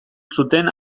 zuten